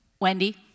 Wendy